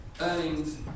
earnings